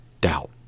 doubt